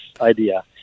idea